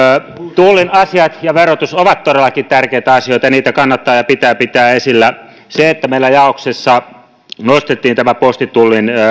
tullin asiat ja verotus ovat todellakin tärkeitä asioita ja niitä kannattaa ja pitää pitää esillä se että meillä jaoksessa nostettiin tämä postitullin yksi pilkku